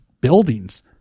buildings